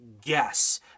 guess